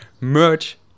merch